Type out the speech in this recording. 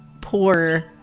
poor